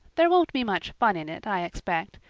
there won't be much fun in it, i expect.